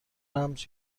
رمز